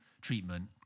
treatment